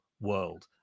world